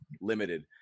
limited